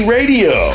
Radio